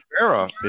era